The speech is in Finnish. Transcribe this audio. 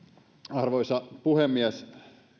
arvoisa puhemies